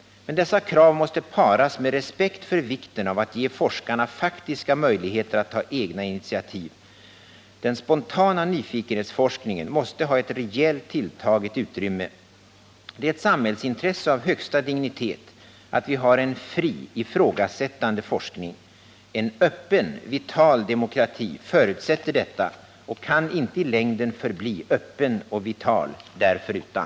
Men dessa krav måste paras med respekt för vikten av att ge forskarna faktiska möjligheter att ta egna initiativ. Den spontana nyfikenhetsforskningen måste ha ett rejält tilltaget utrymme. Det är ett samhällsintresse av högsta dignitet att vi har en fri, ifrågasättande forskning. En öppen, vital demokrati förutsätter detta och kan inte i längden förbli öppen och vital därförutan.